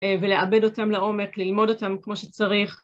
ולעבד אותם לעומק, ללמוד אותם כמו שצריך.